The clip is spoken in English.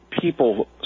people –